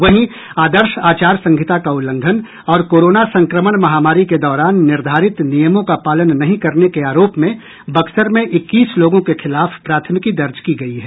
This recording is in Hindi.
वहीं आदर्श आचार संहिता का उल्लंघन और कोरोना संक्रमण महामारी के दौरान निर्धारित नियमों का पालन नहीं करने के आरोप में बक्सर में इक्कीस लोगों के खिलाफ प्राथमिकी दर्ज की गयी है